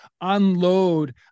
unload